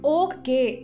okay